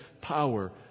power